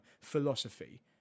philosophy